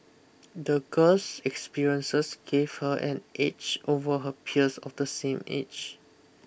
the girl's experiences gave her an edge over her peers of the same age